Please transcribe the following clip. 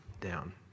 down